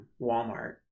Walmart